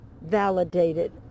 validated